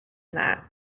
that